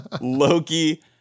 Loki